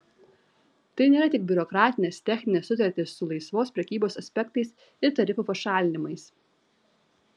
tai nėra tik biurokratinės techninės sutartys su laisvos prekybos aspektais ir tarifų pašalinimais